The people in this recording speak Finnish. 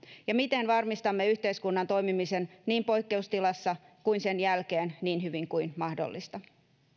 ja miten varmistamme yhteiskunnan toimimisen niin poikkeustilassa kuin sen jälkeen niin hyvin kuin mahdollista